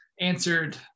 answered